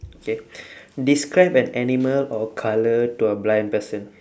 okay describe an animal or a colour to a blind person